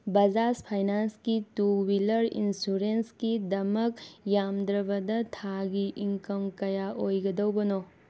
ꯕꯖꯥꯖ ꯐꯥꯏꯅꯥꯟꯁꯀꯤ two wheeler ꯏꯟꯁꯨꯔꯦꯟꯁꯀꯤ ꯗꯃꯛ ꯌꯥꯝꯗ꯭ꯔꯕꯗ ꯊꯥꯒꯤ ꯏꯟꯀꯝ ꯀꯌꯥ ꯑꯣꯏꯒꯗꯧꯕꯅꯣ